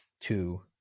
two